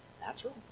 natural